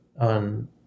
on